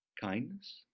Kindness